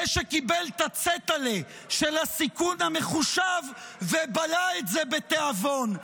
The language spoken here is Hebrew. זה שקיבל את הצעטל'ה של הסיכון המחושב ובלע את זה בתיאבון.